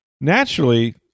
naturally